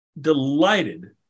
delighted